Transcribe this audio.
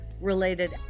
related